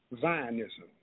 Zionism